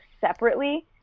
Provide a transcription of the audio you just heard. separately